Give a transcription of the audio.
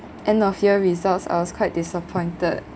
end of year results I was quite disappointed